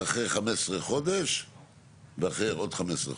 אחרי 15 חודשים ואחרי עוד 15 חודשים.